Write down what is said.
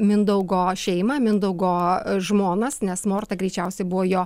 mindaugo šeimą mindaugo žmonas nes morta greičiausiai buvo jo